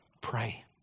pray